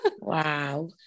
Wow